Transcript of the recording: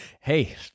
Hey